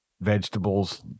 vegetables